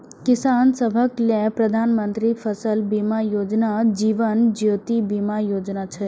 किसान सभक लेल प्रधानमंत्री फसल बीमा योजना, जीवन ज्योति बीमा योजना छै